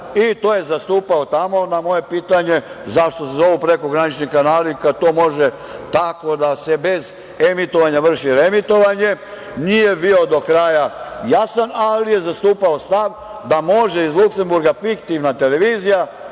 I to je zastupao tamo. Na moje pitanje zašto se zovu prekogranični kanali kada to može tako da se bez emitovanja vrši reemitovanje, nije bio do kraja jasan, ali je zastupao stav da može iz Luksemburga fiktivna televizija